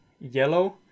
yellow